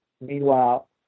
Meanwhile